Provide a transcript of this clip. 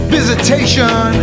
Visitation